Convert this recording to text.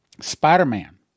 Spider-Man